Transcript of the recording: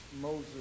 Moses